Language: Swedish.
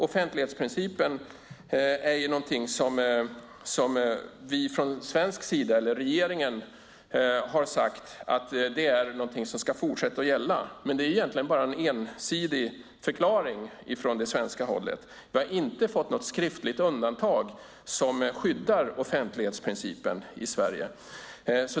Offentlighetsprincipen ska, har man från svensk sida sagt, fortsätta gälla, men det är egentligen bara en ensidig förklaring från svenskt håll. Vi har inte fått något skriftligt undantag som skyddar offentlighetsprincipen i Sverige.